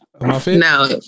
no